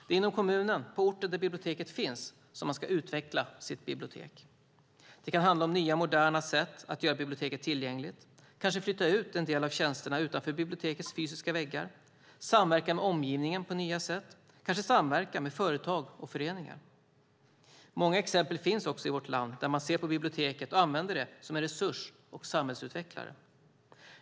Det är inom kommunen, på orten där biblioteket finns, som man ska utveckla sitt bibliotek. Det kan handla om nya och moderna sätt att göra biblioteket tillgängligt - kanske flytta ut en del av tjänsterna utanför bibliotekens fysiska väggar, samverka med omgivningen på nya sätt och kanske samverka med företag och föreningar. Många exempel finns i vårt land där man ser på biblioteket och använder det som en resurs och samhällsutvecklare.